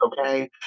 Okay